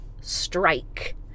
strike